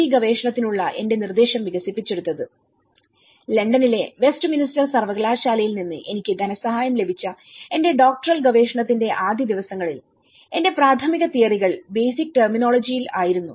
D ഗവേഷണത്തിനുള്ള എന്റെ നിർദ്ദേശം വികസിപ്പിച്ചെടുത്തത്ലണ്ടനിലെവെസ്റ്റ്മിൻസ്റ്റർ സർവകലാശാലയിൽ നിന്ന് എനിക്ക് ധനസഹായം ലഭിച്ച എന്റെ ഡോക്ടറൽഗവേഷണത്തിന്റെ ആദ്യ ദിവസങ്ങളിൽ എന്റെ പ്രാഥമിക തിയറികൾ ബേസിക് ടെർമിനോളജിയിൽ ആയിരുന്നു